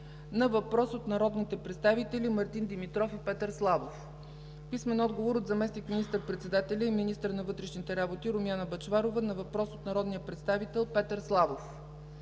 на въпрос от народните представители Мартин Димитров и Петър Славов; - заместник министър-председателя и министър на вътрешните работи Румяна Бъчварова на въпрос от народния представител Петър Славов;